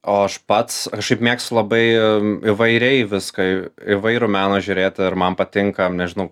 o aš pats aš šiaip mėgstu labai įvairiai viską įvairų meną žiūrėt ir man patinka nežinau